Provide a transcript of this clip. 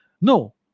No